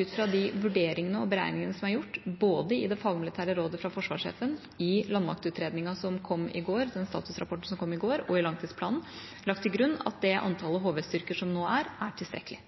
ut fra de vurderingene og beregningene som er gjort, både i det fagmilitære rådet fra forsvarssjefen, i statusrapporten for landmaktutredningen, som kom i går, og i langtidsplanen, er det lagt til grunn at det antallet HV-styrker vi nå har, er tilstrekkelig.